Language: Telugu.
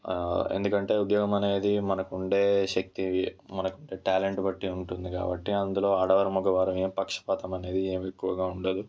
ఎందుకంటే ఉద్యోగం అనేది మనకు ఉండే శక్తి మనకు ఉండే టాలెంట్ బట్టి ఉంటుంది కాబట్టి అందులో ఆడవారు మగవారు అనేది పక్షవాతం అనేది ఏమి ఎక్కువ ఉండదు